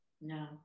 No